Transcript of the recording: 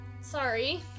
Sorry